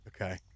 Okay